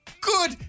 good